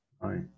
Right